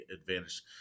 advantage